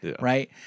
right